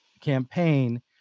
campaign